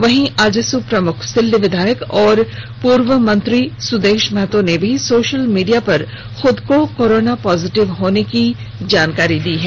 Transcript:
वहीं आजसू प्रमुख सिल्ली विधायक और पूर्व मंत्री सुदेश महतो ने भी सोशल मीडिया पर खुद को कोरोना पॉजिटिव होने की जानकारी दी है